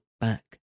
back